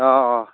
অ অ